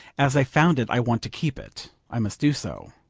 as i found it, i want to keep it. i must do so.